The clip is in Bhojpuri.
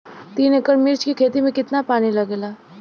तीन एकड़ मिर्च की खेती में कितना पानी लागेला?